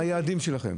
מה היעדים שלכם?